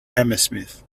hammersmith